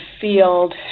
field